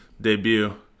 debut